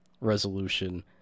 resolution